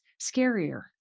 scarier